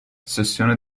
sessione